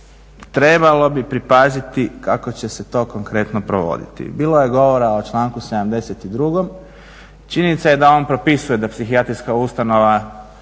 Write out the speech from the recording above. trebalo bi pripaziti kako će se to konkretno provoditi. Bilo je govora o članku 72. Činjenica je da on propisuje da psihijatrijska ustanova